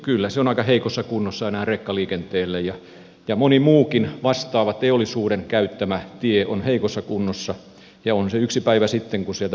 kyllä se on aika heikossa kunnossa enää rekkaliikenteelle ja moni muukin vastaava teollisuuden käyttämä tie on heikossa kunnossa ja on se yksi päivä sitten kun sieltä pohja pettää